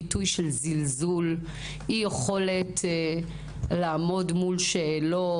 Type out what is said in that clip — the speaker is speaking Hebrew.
ביטוי של זלזול ואי יכולת לעמוד מול שאלות,